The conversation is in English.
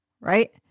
right